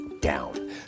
down